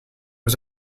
was